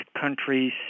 countries